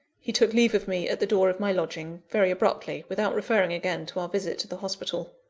he took leave of me at the door of my lodging, very abruptly without referring again to our visit to the hospital.